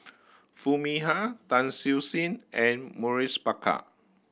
Foo Mee Har Tan Siew Sin and Maurice Baker